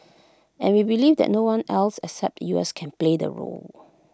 and we believe that no one else except the U S can play the role